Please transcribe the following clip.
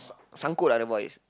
sang~ sangkut ah the voice